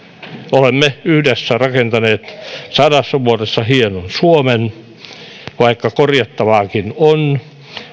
olemme yhdessä rakentaneet sadassa vuodessa hienon suomen vaikka korjattavaakin on